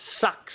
sucks